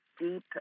deep